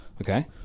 Okay